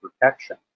protection